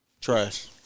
Trash